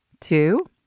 two